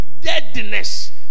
deadness